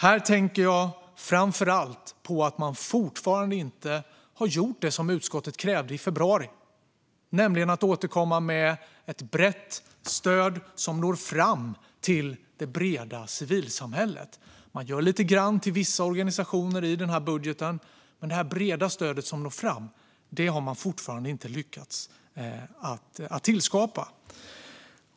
Här tänker jag framför allt på att man fortfarande inte har gjort det som utskottet krävde i februari, nämligen att återkomma med ett brett stöd som når fram till det breda civilsamhället. Man ger lite grann till vissa organisationer i budgeten. Men det breda stödet som når fram har man fortfarande inte lyckats att tillskapa.